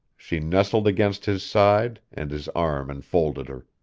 she nestled against his side, and his arm enfolded her.